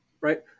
right